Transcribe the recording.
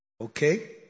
Okay